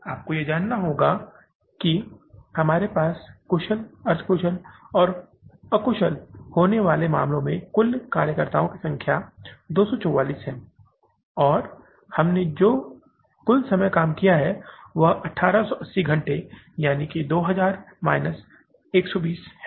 आपको यह जानना होगा कि हमारे पास कुशल अर्ध कुशल और अकुशल होने के मामले में कुल कार्यकर्ताओं की संख्या 244 है और हमने जो कुल समय काम किया है वह 1880 घंटे यानी 2000 माइनस 120 है